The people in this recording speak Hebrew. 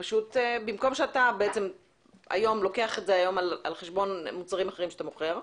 במקום שאתה לוקח את זה היום על חשבון מוצרים אחרים שאתה מוכר,